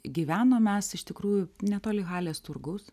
gyvenom mes iš tikrųjų netoli halės turgaus